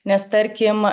nes tarkim